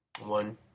one